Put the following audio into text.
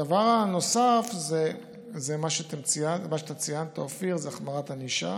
הדבר הנוסף זה מה שציינת, אופיר, החמרת ענישה.